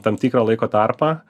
tam tikrą laiko tarpą